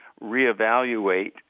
reevaluate